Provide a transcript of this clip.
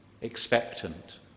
expectant